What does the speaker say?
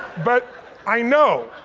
but i know,